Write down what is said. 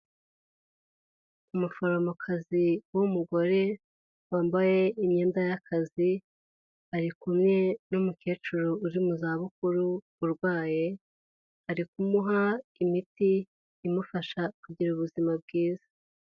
Umuforomokazi w'umugore wambaye imyenda y'akazi, ari kumwe n'umukecuru uri mu za bukuru urwaye. Ari kumuha imiti imufasha kugira ubuzima bwiza.